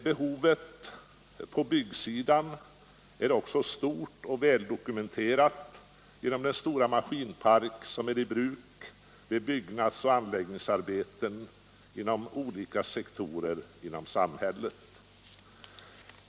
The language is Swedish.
Behovet av utbildade maskinförare på byggsidan är också stort och väl dokumenterat genom den stora maskinpark som är i bruk vid byggnads och anläggningsarbeten inom olika samhällssektorer.